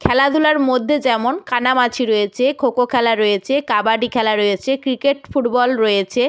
খেলাধুলার মধ্যে যেমন কানামাছি রয়েছে খোখো খেলা রয়েছে কাবাডি খেলা রয়েছে ক্রিকেট ফুটবল রয়েছে